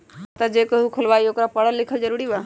खाता जे केहु खुलवाई ओकरा परल लिखल जरूरी वा?